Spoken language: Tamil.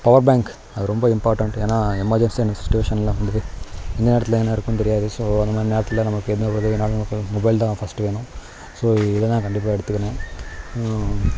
பவர் பேங்க் அது ரொம்ப இம்பார்டெண்ட் ஏன்னால் எமர்ஜென்ஸியாக என்ன சுட்டிவேஷன் வந்து எந்நேரத்தில் எங்கே இருப்போன்னு தெரியாது ஸோ அந்த மாதிரி நேரத்தில் நமக்கு என்ன உதவினாலும் நமக்கு மொபைல் தான் ஃபர்ஸ்ட்டு வேணும் ஸோ இதெல்லாம் கண்டிப்பாக எடுத்துக்கணும்